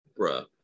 bruh